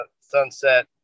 sunset